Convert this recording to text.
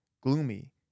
gloomy